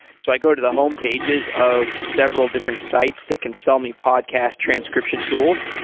so i go to the home pages of several different sites that can sell me podcast transcription tools.